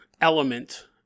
element